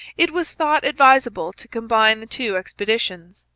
it was thought advisable to combine the two expeditions.